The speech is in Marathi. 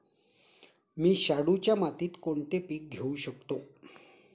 मी शाडूच्या मातीत कोणते पीक घेवू शकतो?